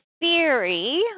theory